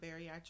bariatric